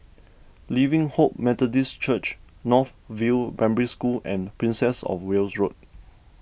Living Hope Methodist Church North View Primary School and Princess of Wales Road